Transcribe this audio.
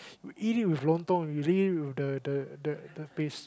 eat with lontong you eat it with the the the the paste